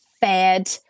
fed